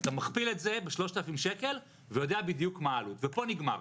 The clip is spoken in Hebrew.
אתה מכפיל את זה ב-3,000 שקל ויודע בדיוק מה העלות ופה נגמר.